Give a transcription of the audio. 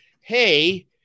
Hey